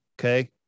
Okay